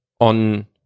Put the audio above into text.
on